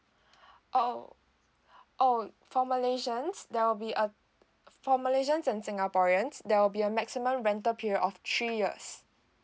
oh oh for malaysians there will be uh for malaysians and singaporeans there will be a maximum rental period of three years